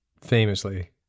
famously